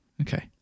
Okay